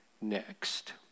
next